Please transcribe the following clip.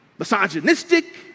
Misogynistic